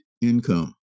income